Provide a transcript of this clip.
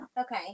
Okay